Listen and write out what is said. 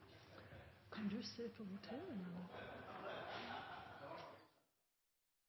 kan jo se litt på